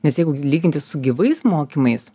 nes jeigu lyginti su gyvais mokymais